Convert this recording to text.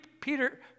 Peter